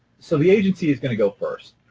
so the agency is going to go first.